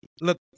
Look